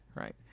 right